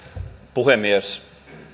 puhemies